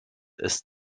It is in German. ist